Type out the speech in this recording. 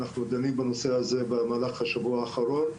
אנחנו דנים בנושא הזה במהלך השבוע האחרון.